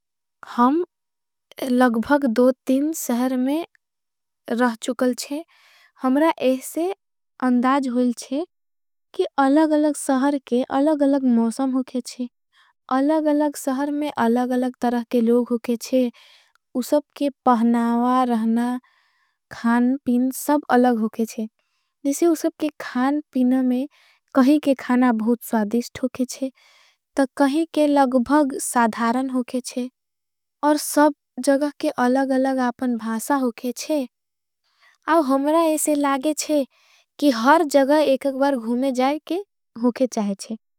हम लगभग दो तीन सहर में रह चुकल चे हमरा एसे अन्दाज होईल। चे कि अलग अलग सहर के अलग अलग मौसम होगे चे अलग। अलग सहर में अलग अलग तरह के लोग होगे चे उसब के पहनावा। रहना खान पीन सब अलग होगे चे जिसे उसब के खान प और। सब जग के अलग अलग आपन भासा होगे चे आव हमरा एसे। लागे चे कि हर जग एक अक बर घूमे जाए के होगे चाहे चे।